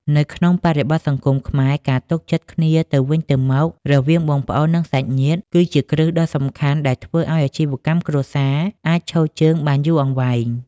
នៅក្នុងបរិបទសង្គមខ្មែរ ការទុកចិត្តគ្នាទៅវិញទៅមករវាងបងប្អូន និងសាច់ញាតិ គឺជាគ្រឹះដ៏សំខាន់ដែលធ្វើឱ្យអាជីវកម្មគ្រួសារអាចឈរជើងបានយូរអង្វែង។